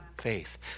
faith